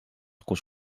kus